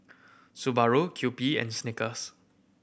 Subaru Kewpie and Snickers